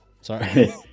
Sorry